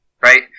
right